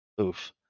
oof